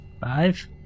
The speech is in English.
Five